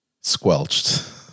squelched